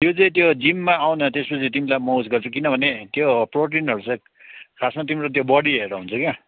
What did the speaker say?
त्यो चाहिँ त्यो जिममा आऊ न त्यसपछि म तिमीलाई म उस गर्छु किनभने त्यो प्रोटिनहरू चाहिँ खासमा त्यो तिम्रो बोडी हेरेर हुन्छ के